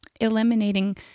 eliminating